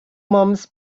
months